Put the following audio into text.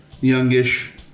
Youngish